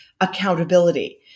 accountability